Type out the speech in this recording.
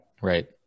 Right